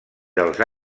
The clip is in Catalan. dels